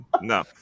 No